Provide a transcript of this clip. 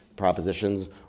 propositions